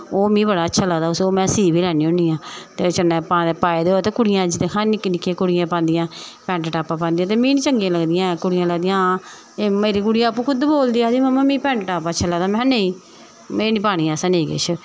ओह् मिगी बड़ा अच्छा लगदा ओह् में सी बी लैन्नी होन्नी आं ते चन्नै पाए दा होआ कुड़ियां अज्ज दिक्खो हां निक्की निक्की कुड़ियां पांदियां पैंट टापां पांदियां ते मिगी निं चंगियां लगदियां हैन कुड़ियां लगदियां हां एह् मेरी कुड़ी खुद बोलदी आखदे मम्मा मिगी पैंट टाप अच्छा लगदा महां नेईं एह् निं पानी नेईं किश